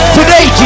today